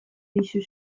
dizu